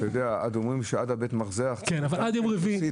אומרים שעד בית המרזח שותים עוד כוסית.